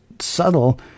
subtle